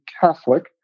Catholic